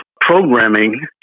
programming